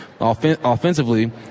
offensively